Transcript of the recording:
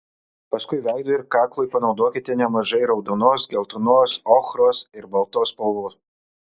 paskui veidui ir kaklui panaudokite nemažai raudonos geltonos ochros ir baltos spalvų